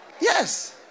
Yes